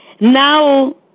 now